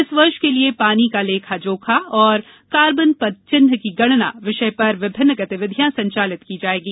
इस वर्ष के लिये पानी का लेखा जोखा और कार्बन पदचिन्ह की गणना विषय पर विभिन्न गतिविधियां संचालित की जाएगी